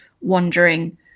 wandering